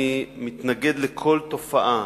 אני מתנגד לכל תופעה